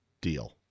deal